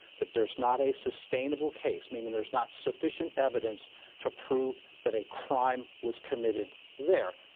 that there's not a sustainable case, meaning there's not sufficient evidence to prove that a crime was committed there.